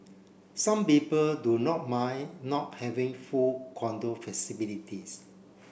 some people do not mind not having full condo facilities